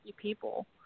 people